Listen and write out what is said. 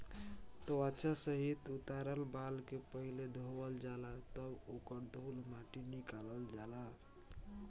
त्वचा सहित उतारल बाल के पहिले धोवल जाला तब ओकर धूल माटी निकालल जाला